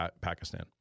Pakistan